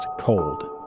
Cold